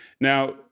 Now